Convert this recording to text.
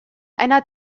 einer